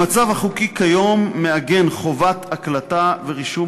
המצב החוקי כיום מעגן חובת הקלטה ורישום